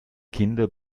kinder